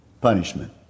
punishment